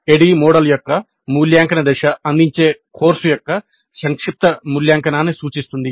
ADDIE model యొక్క మూల్యాంకన దశ అందించే కోర్సు యొక్క సంక్షిప్త మూల్యాంకనాన్ని సూచిస్తుంది